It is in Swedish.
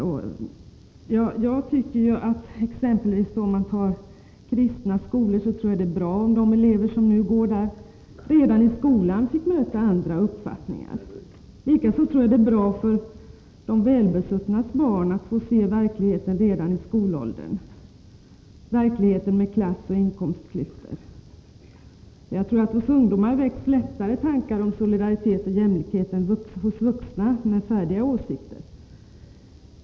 Om man exempelvis tar kristna skolor, tror jag att det är bra om de elever som går där får möta andra uppfattningar. Likaså tror jag att det är bra för de välbesuttnas barn att få se verkligheten redan i skolåldern, verkligheten med klassoch inkomstklyftor. Tankar om solidaritet och jämlikhet väcks nog lättare hos ungdomar än hos vuxna, med färdiga åsikter.